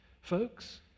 Folks